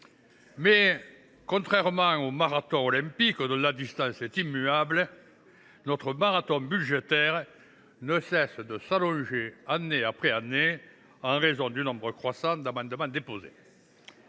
Mais, contrairement au marathon olympique, dont la distance est immuable, celui là ne cesse de s’allonger, année après année, en raison du nombre croissant d’amendements déposés.